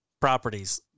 properties